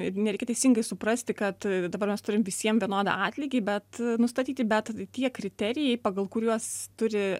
ir nereikia teisingai suprasti kad dabar mes turim visiem vienodą atlygį bet nustatyti bet tie kriterijai pagal kuriuos turi